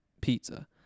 pizza